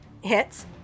Hits